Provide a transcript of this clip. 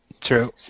True